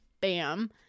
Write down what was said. bam